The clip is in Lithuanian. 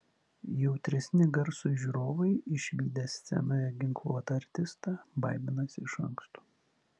jautresni garsui žiūrovai išvydę scenoje ginkluotą artistą baiminasi iš anksto